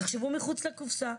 תחשבו מחוץ לקופסה,